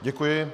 Děkuji.